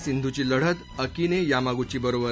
सिंधू ची लढत Akane Yamaguchi बरोबर